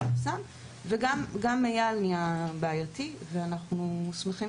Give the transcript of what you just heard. גם מחסום אייל נהיה בעייתי ואנחנו שמחים